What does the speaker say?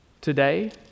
Today